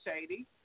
shady